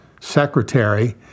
secretary